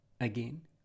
again